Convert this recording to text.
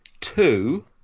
two